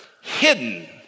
hidden